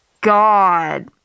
God